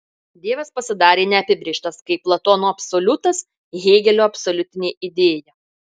dievas pasidarė neapibrėžtas kaip platono absoliutas hėgelio absoliutinė idėja